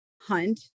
hunt